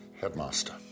Headmaster